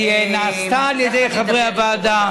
היא נעשתה על ידי חברי הוועדה,